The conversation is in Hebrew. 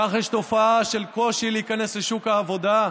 כך יש תופעה של קושי להיכנס לשוק העבודה?